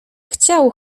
chciał